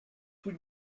would